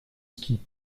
ski